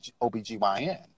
OBGYN